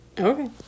Okay